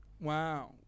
Wow